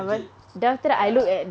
actually ya